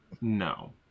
No